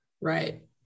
right